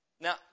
Now